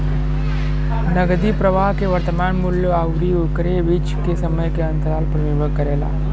नकदी प्रवाह के वर्तमान मूल्य आउर ओकरे बीच के समय के अंतराल पर निर्भर करेला